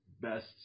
best